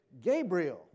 Gabriel